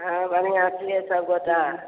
आहाँ बढ़िआँ छियै सबगोटा